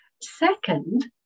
second